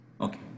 Okay